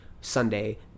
Sunday